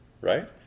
right